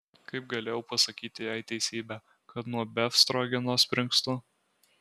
kaip galėjau pasakyti jai teisybę kad nuo befstrogeno springstu